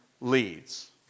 leads